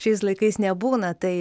šiais laikais nebūna tai